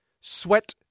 sweat